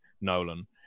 Nolan